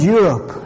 Europe